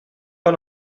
pas